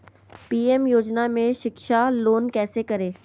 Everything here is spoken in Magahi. पी.एम योजना में शिक्षा लोन कैसे करें?